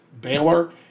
Baylor